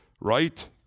right